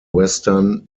western